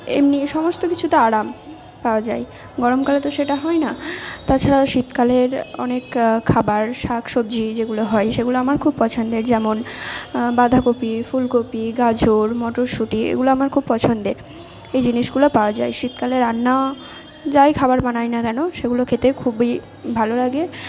এমনি সমস্ত কিছুতে আরাম পাওয়া যায় গরমকালে তো সেটা হয় না তাছাড়াও শীতকালের অনেক খাবার শাক সবজি যেগুলো হয় সেগুলো আমার খুব পছন্দের যেমন বাঁধাকপি ফুলকপি গাজর মটরশুটি এগুলো আমার খুব পছন্দের এই জিনিসগুলো পাওয়া যায় শীতকালে রান্না যাই খাবার বানাই না কেন সেগুলো খেতে খুবই ভালো লাগে